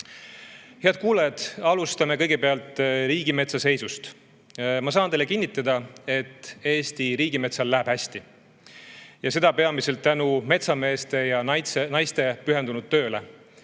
kuulajad! Alustan riigimetsa seisust. Ma saan teile kinnitada, et Eesti riigimetsal läheb hästi, ja seda peamiselt tänu metsameeste ja ‑naiste pühendunud tööle.